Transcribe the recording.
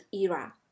era